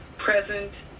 present